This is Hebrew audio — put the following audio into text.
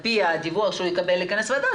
פי הדיווח שהוא יקבל לכנס דיון בוועדה,